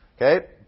Okay